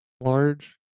large